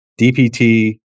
dpt